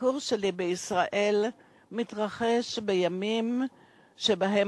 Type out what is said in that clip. הביקור שלי בישראל מתרחש בימים שבהם